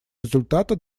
результата